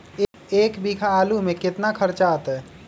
एक बीघा आलू में केतना खर्चा अतै?